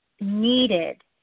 needed